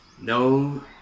No